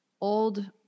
old